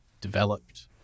developed